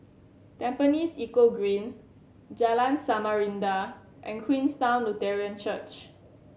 Tampines Eco Green Jalan Samarinda and Queenstown Lutheran Church